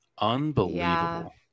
unbelievable